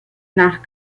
nach